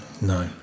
No